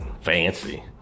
Fancy